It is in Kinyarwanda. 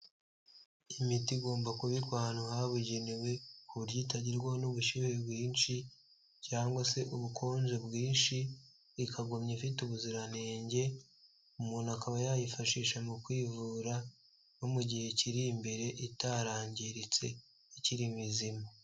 Imiti igomba kubikwa ahantu habugenewe, ku buryo itagerwaho n'ubushyuhe bwinshi cyangwa se ubukonje bwinshi, ikaguma ifite ubuziranenge, umuntu akaba yayifashisha mu kwivura no mu gihe kiri imbere itarangiritse ikiri mizima.